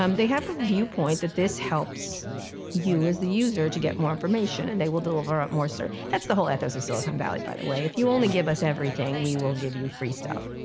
um they have a viewpoint that this helps you as the user to get more information, and they will deliver up more. so that's the whole ethos of silicon valley, by the way. if you only give us everything, we will give you free stuff.